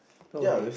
don't worry